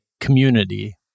community